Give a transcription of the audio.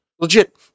Legit